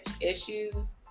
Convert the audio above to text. issues